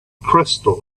crystal